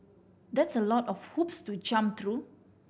that's a lot of hoops to jump through